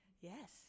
yes